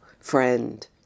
friend